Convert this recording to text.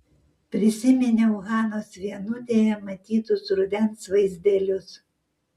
prisiminiau hanos vienutėje matytus rudens vaizdelius